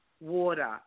water